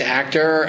actor